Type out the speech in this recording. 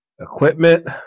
equipment